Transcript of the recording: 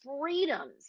freedoms